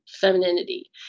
femininity